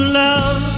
love